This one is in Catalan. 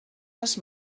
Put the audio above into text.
les